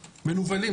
מנוולים,